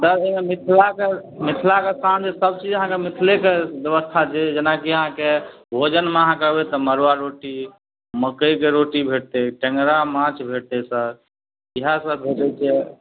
sir मिथिलाके मिथिलाके स्थान जे सब चीज अहाँके मिथिलेके व्यवस्था छै जेनाकि अहाँके भोजनमे अहाँके एबय तऽ मड़ुआ रोटी मकइके रोटी भेटतइ टेङ्गरा माछ भेटतइ सर इएह सब भेटय छै